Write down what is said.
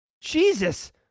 Jesus